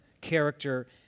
character